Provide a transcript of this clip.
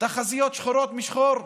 תחזיות שחורות משחור,